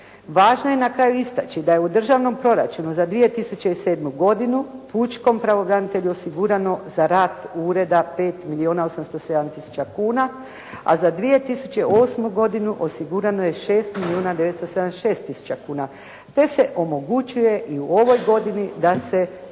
Važno je na kraju istaći da je u državnom proračunu za 2007. godinu pučkom pravobranitelju osigurano za rad ureda 5 milijuna 807 tisuća kuna, a za 2008. godinu osigurano je 6 milijuna 976 tisuća kuna, te se omogućuje i u ovoj godini da se zaposli